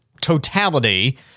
totality